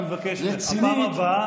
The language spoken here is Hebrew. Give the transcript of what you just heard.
אני מבקש ממך, בפעם הבאה,